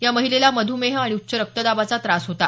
या महिलेला मधुमेह आणि उच्च रक्तदाबाचा त्रास होता